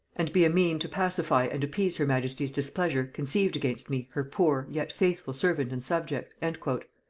and be a mean to pacify and appease her majesty's displeasure conceived against me her poor, yet faithful, servant and subject. and